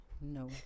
no